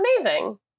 amazing